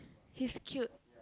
he's cute